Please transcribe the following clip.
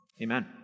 amen